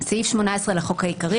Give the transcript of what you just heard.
בסעיף 18 לחוק העיקרי,